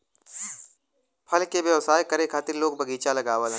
फल के व्यवसाय करे खातिर लोग बगीचा लगावलन